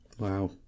Wow